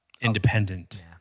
independent